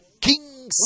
kings